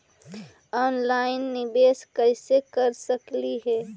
Online निबेस कैसे कर सकली हे?